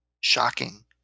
shocking